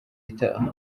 igataha